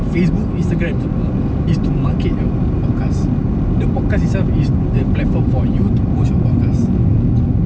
Facebook Instagram semua is to market your podcast the podcast itself is the platform for you to push your podcast